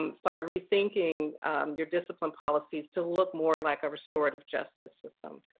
um start rethinking your discipline policies to look more like a restorative justice system.